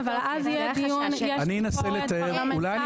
נכון, אבל אז יהיה דיון, יש ביקורת פרלמנטרית.